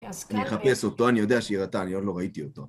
אני אחפש אותו, אני יודע שהיא הראתה, אני עוד לא ראיתי אותו.